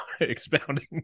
expounding